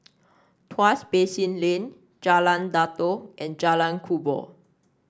Tuas Basin Lane Jalan Datoh and Jalan Kubor